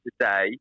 today